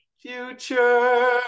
future